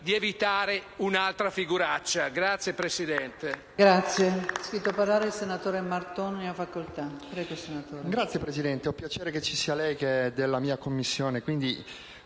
di evitare un'altra figuraccia.